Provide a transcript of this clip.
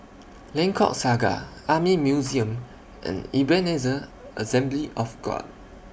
Lengkok Saga Army Museum and Ebenezer Assembly of God